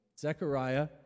Zechariah